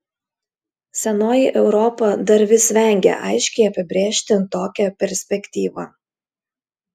senoji europa dar vis vengia aiškiai apibrėžti tokią perspektyvą